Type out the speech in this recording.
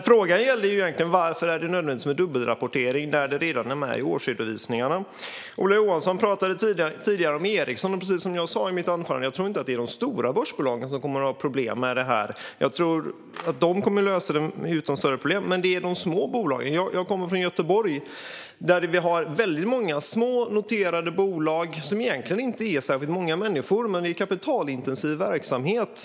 Fru talman! Frågan gällde varför det är nödvändigt med dubbelrapportering där det redan finns med i årsredovisningarna. Ola Johansson talade tidigare om Ericsson. Precis som jag sa in mitt anförande tror jag inte att det kommer att vara de stora börsbolagen som kommer att ha problem med det här. De kommer att lösa det utan större problem. Det är de små bolagen som kommer att drabbas. Jag kommer från Göteborg. Där har vi många små noterade bolag där det egentligen inte jobbar särskilt många människor. Men det är kapitalintensiv verksamhet.